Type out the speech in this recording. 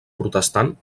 protestant